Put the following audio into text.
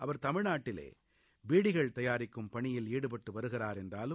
அவர் தமிழ்நாட்டிலே பீடிகள் தயாரிக்கும் பணியில் ஈடுபட்டு வருகிறார் என்றாலும்